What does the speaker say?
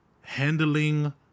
handling